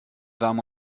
damen